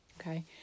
Okay